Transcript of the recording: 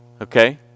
okay